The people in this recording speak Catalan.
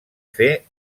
fer